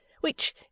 which